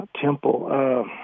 temple